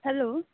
hello